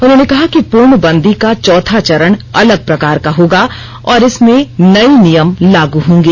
उन्होंने कहा कि पूर्णबंदी का चौथा चरण अलग प्रकार का होगा और इसमें नये नियम लागू होंगे